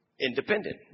independent